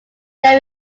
that